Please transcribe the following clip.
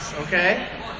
okay